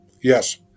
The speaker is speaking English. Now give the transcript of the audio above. Yes